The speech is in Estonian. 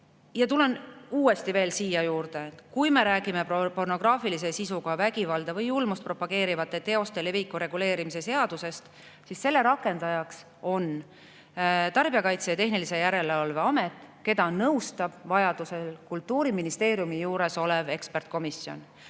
tulen uuesti selle juurde, et kui me räägime pornograafilise sisuga, vägivalda või julmust propageerivate teoste leviku reguleerimise seadusest, siis selle rakendaja on Tarbijakaitse ja Tehnilise Järelevalve Amet, keda nõustab vajadusel Kultuuriministeeriumi juures olev ekspertkomisjon.